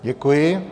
Děkuji.